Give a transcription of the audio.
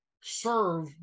serve